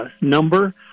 number